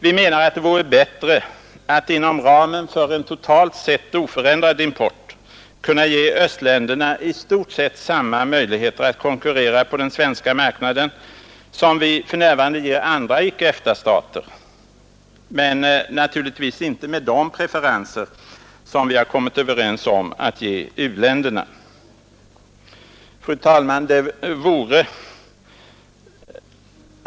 Vi menar att det vore bättre att inom ramen för en totalt sett oförändrad import kunna ge östländerna i stort sett samma möjligheter att konkurrera på den svenska marknaden som vi för närvarande ger andra icke EFTA-stater, men naturligtvis inte med de preferenser som vi kommit överens om att ge u-länderna. Fru talman!